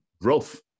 growth